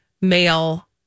male